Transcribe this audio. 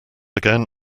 again